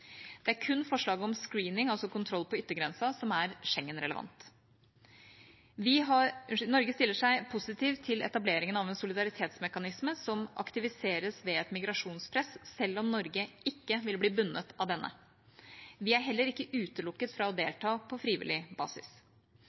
Det er kun forslaget om screening, altså kontroll på yttergrensa, som er Schengen-relevant. Norge stiller seg positiv til etableringen av en solidaritetsmekanisme som aktiviseres ved et migrasjonspress, selv om Norge ikke vil bli bundet av denne. Vi er heller ikke utelukket fra å delta på frivillig basis.